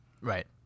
Right